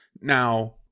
Now